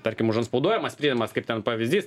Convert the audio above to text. tarkim užantspauduojamas pridedamas kaip ten pavyzdys